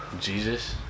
Jesus